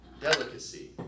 Delicacy